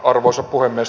arvoisa puhemies